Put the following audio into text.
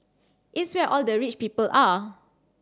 it's where all the rich people are